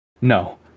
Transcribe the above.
No